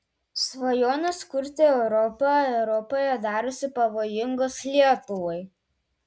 svajonės kurti europą europoje darosi pavojingos lietuvai